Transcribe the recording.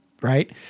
right